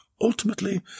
Ultimately